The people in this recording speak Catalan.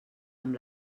amb